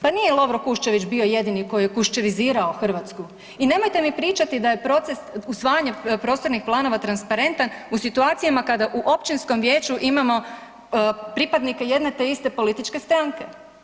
Pa nije Lovro Kuščević bio jedini koji je Kuščevizirao Hrvatsku i nemojte mi pričati da je proces, usvajanje prostornih planova transparentan u situacijama kada u općinskom vijeću imamo pripadnike jedne te iste političke stranke.